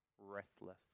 restless